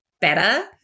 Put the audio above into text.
better